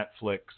Netflix